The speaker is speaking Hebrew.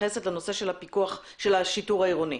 מתייחס רק לנושא של השיטור העירוני,